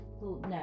no